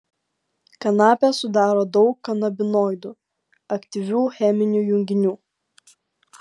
kanapę sudaro daug kanabinoidų aktyvių cheminių junginių